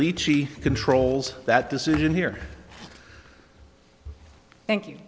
lead she controls that decision here thank you